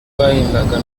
bahembwaga